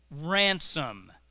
ransom